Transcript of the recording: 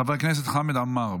חבר הכנסת חמד עמאר,